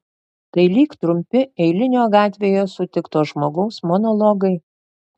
tai lyg trumpi eilinio gatvėje sutikto žmogaus monologai